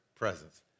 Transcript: Presence